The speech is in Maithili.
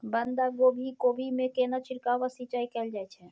बंधागोभी कोबी मे केना छिरकाव व सिंचाई कैल जाय छै?